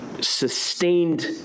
sustained